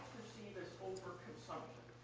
as over-consumption?